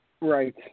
Right